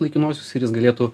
laikinuosius ir jis galėtų